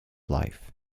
life